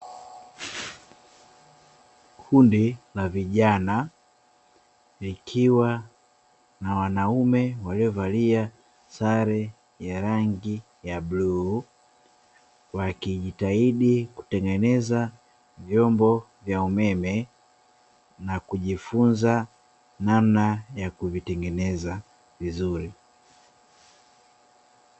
Kundi la vijana, likiwa na wanaume waliovalia sare za rangi za bluu, wakijitahidi kutengeneza vyombo vya umeme na kujifunza namna ya kuvitengeneza vizuri.